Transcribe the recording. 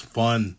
fun